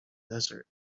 desert